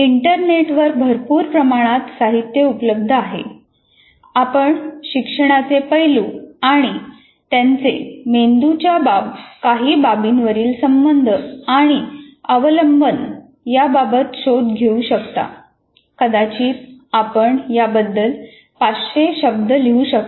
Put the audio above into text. इंटरनेटवर भरपूर प्रमाणात साहित्य उपलब्ध आहे आपण शिक्षणाचे पैलू आणि त्यांचे मेंदूच्या काही बाबींवरील संबंध आणि अवलंबन याबाबत शोध घेऊ शकता कदाचित आपण याबद्दल 500 शब्द लिहू शकता